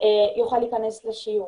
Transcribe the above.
יוכל להכנס לשיעור.